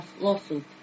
lawsuit